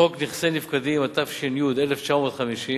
חוק נכסי נפקדים, התש"י 1950,